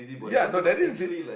ya no there is this